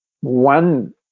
One